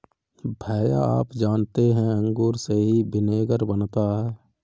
भैया आप जानते हैं अंगूर से ही विनेगर बनता है